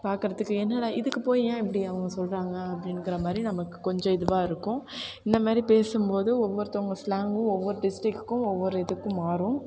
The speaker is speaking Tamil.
பார்க்கறதுக்கு என்னாடா இதுக்கு போய் ஏன் இப்படி அவங்க சொல்கிறாங்க அப்படின்ங்கிற மாதிரி நமக்கு கொஞ்சம் இதுவாக இருக்கும் இந்த மாதிரி பேசும்போது ஒவ்வொருத்தவங்க ஸ்லாங்கும் ஒவ்வொரு டிஸ்ட்டிக்குக்கும் ஒவ்வொரு இதுக்கும் மாறும்